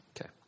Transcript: Okay